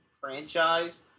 franchise